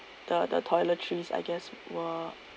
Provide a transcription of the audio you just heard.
the the toiletries I guess were